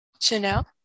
Chanel